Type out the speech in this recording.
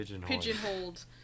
pigeonholed